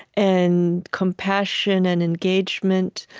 and compassion, and engagement,